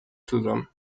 zusammen